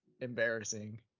embarrassing